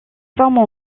formes